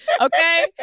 okay